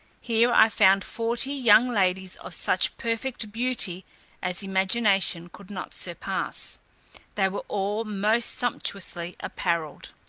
here i found forty young ladies of such perfect beauty as imagination could not surpass they were all most sumptuously appareled.